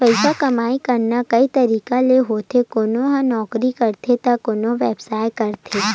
पइसा कमई करना कइ तरिका ले होथे कोनो ह नउकरी करथे त कोनो ह बेवसाय करथे